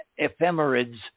ephemerids